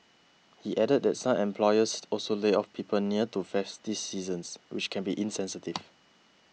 he added that some employers also lay off people near to festive seasons which can be insensitive